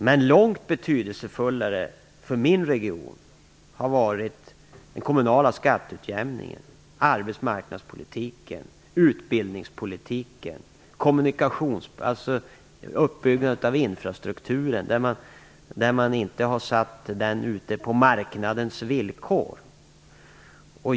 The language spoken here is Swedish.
Men långt mer betydelsefull för min region har varit den kommunala skatteutjämningen, arbetsmarknadspolitiken, utbildningspolitiken och uppbyggnaden av infrastrukturen. Man har inte låtit den ske på marknadens villkor.